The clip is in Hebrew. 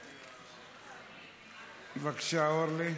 בבקשה, אורלי,